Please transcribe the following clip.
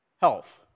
health